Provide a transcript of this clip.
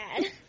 dad